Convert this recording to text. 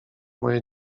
moje